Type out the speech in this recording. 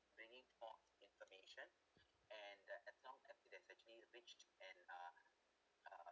bringing forth information and uh as long as it has actually reached uh uh